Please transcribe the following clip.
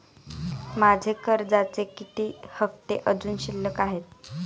माझे कर्जाचे किती हफ्ते अजुन शिल्लक आहेत?